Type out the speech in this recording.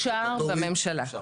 אושר בממשלה.